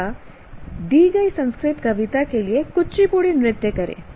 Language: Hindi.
या दी गई संस्कृत कविता के लिए कुचिपुड़ी नृत्य करें